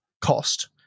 cost